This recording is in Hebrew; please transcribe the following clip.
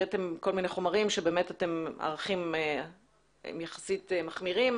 הראיתם כל מיני חומרים שבאמת הערכים יחסית מחמירים,